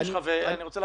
ודבר שני,